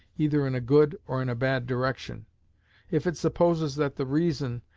either in a good or in a bad direction if it supposes that the reason,